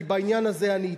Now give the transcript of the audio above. כי בעניין הזה אני אתך.